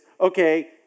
okay